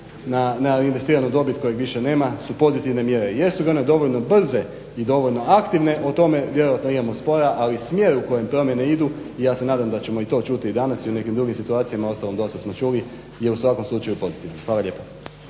na investiranu dobit kojeg više nema su pozitivne mjere. Jesu li one dovoljno brze i dovoljno aktivne o tome vjerojatno imamo spora, ali smjer u kojem promjene idu i ja se nadama da ćemo i to čuti i danas i u nekim drugim situacijama, uostalom dosta smo čuli je u svakom slučaju pozitivna. Hvala lijepo.